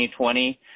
2020